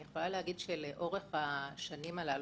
לאורך השנים האלו,